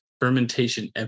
fermentation